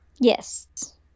Yes